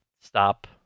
stop